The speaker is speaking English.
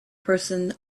person